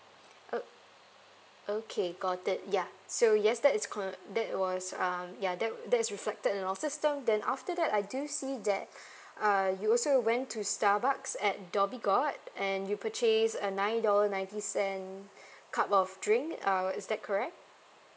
o~ okay got it ya so yes that is cor~ that was uh ya that that is reflected in our system then after that I do see that uh you also went to starbucks at dhoby ghaut and you purchase a nine dollar ninety cent cup of drink uh is that correct